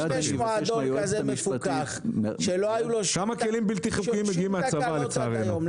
אם יש מועדון כזה מפוקח שלא היו לו שום תקנות עד היום,